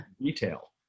retail